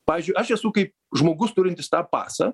pavyzdžiui aš esu kaip žmogus turintis tą pasą